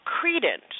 credence